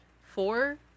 four